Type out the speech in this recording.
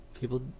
people